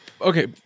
okay